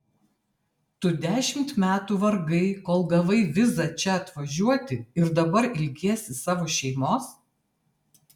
tu dešimt metų vargai kol gavai vizą čia atvažiuoti ir dabar ilgiesi savo šeimos